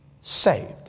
saved